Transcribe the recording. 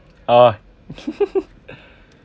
ah